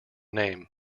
name